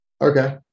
Okay